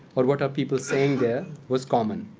or what are people saying there, was common,